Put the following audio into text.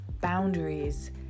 boundaries